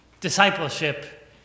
Discipleship